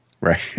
Right